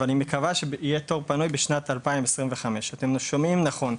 אבל היא מקווה שיהיה תור פנוי בשנת 2025. אתם שומעים נכון,